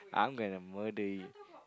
I'm going to murder you